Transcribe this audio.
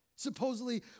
Supposedly